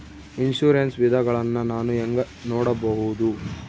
Insurance ವಿಧಗಳನ್ನ ನಾನು ಹೆಂಗ ನೋಡಬಹುದು?